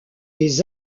des